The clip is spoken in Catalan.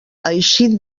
eixint